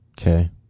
Okay